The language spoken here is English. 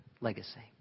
legacy